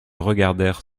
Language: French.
regardèrent